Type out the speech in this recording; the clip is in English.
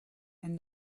and